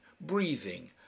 breathing